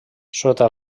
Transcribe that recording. sota